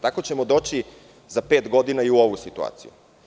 Tako ćemo doći za pet godina i u ovu situaciju.